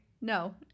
no